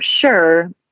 Sure